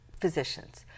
physicians